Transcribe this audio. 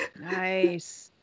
Nice